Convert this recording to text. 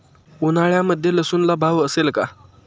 उन्हाळ्यामध्ये लसूणला भाव असेल का?